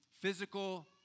physical